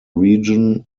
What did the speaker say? region